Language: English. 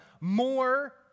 more